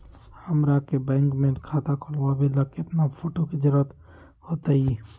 हमरा के बैंक में खाता खोलबाबे ला केतना फोटो के जरूरत होतई?